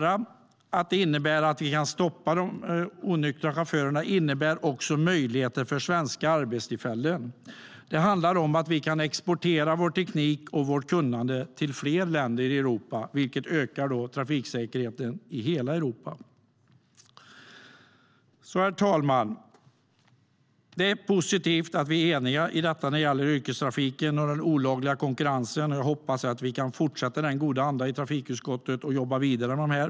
Att vi kan stoppa de onyktra chaufförerna innebär också möjligheter för svenska arbetstillfällen. Det handlar om att vi kan exportera vår teknik och vårt kunnande till fler länder i Europa, vilket ökar trafiksäkerheten i hela Europa. Herr talman! Det är positivt att vi är eniga i detta när det gäller yrkestrafiken och den olagliga konkurrensen, och jag hoppas att vi kan fortsätta i den goda andan i trafikutskottet och jobba vidare.